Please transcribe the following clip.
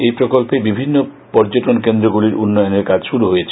এই প্রকল্পে বিভিন্ন পর্যটনকেন্দ্রগুলির উন্নয়নের কাজ শুরু করা হয়েছে